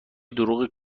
دروغ